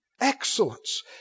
Excellence